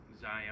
Zion